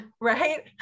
right